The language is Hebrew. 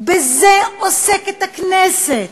בזה עוסקת הכנסת,